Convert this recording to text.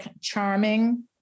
charming